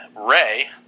Ray